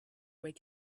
wake